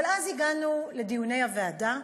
אבל אז הגענו לדיוני הוועדה,